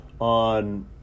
on